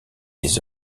les